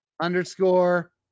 underscore